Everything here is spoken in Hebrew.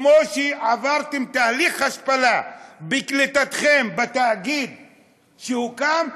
כמו שעברתם תהליך השפלה בקליטתכם בתאגיד שהוקם,